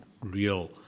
real